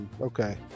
Okay